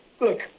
Look